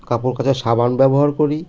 কাপড় কাচার সাবান ব্যবহার করি